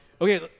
Okay